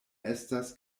estas